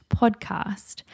podcast